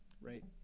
Right